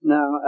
Now